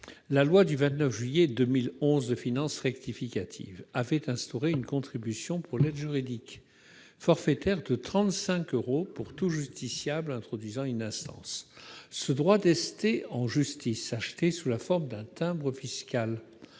du 29 juillet 2011 avait instauré une contribution pour l'aide juridique forfaitaire de 35 euros pour tout justiciable introduisant une instance. Ce droit d'ester en justice, acheté sous la forme d'un timbre fiscal,